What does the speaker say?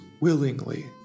willingly